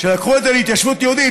שלקחו את זה להתיישבות יהודית,